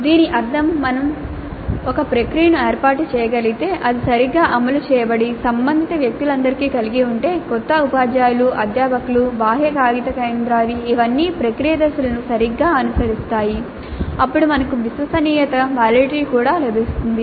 దీని అర్థం మనం ఒక ప్రక్రియను ఏర్పాటు చేయగలిగితే అది సరిగ్గా అమలు చేయబడి సంబంధిత వ్యక్తులందరినీ కలిగి ఉంటే కొత్త ఉపాధ్యాయులు అధ్యాపకులు బాహ్య కాగిత కేంద్రాలు ఇవన్నీ ప్రక్రియ దశలను సరిగ్గా అనుసరిస్తాయి అప్పుడు మనకు విశ్వసనీయత వాలిడిటీ కూడా లభిస్తుంది